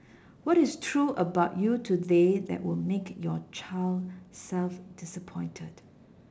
what is true about you today that would make your child self disappointed